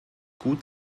gut